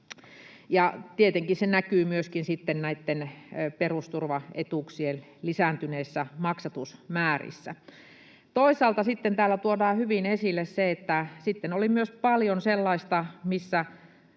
sitten näitten perusturvaetuuksien lisääntyneissä maksatusmäärissä. Toisaalta sitten täällä tuodaan hyvin esille, että oli myös paljon sellaista, missä